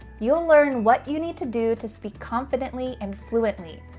you'll learn what you need to do to speak confidently and fluently.